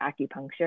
acupuncture